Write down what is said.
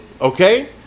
Okay